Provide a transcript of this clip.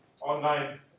online